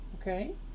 Okay